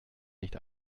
nicht